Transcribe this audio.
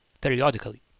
periodically